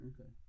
Okay